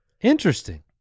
Interesting